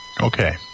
Okay